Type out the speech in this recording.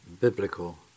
biblical